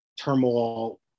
turmoil